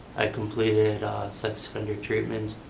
i completed sex offender treatment,